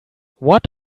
what